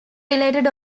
related